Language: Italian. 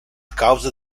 causa